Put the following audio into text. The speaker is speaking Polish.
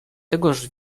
tegoż